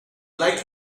like